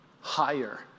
higher